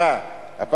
סליחה, שני שרים.